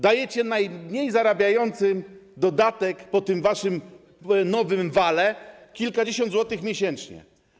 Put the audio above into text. Dajecie najmniej zarabiającym dodatek po tym waszym nowym wale, kilkadziesiąt złotych miesięcznie.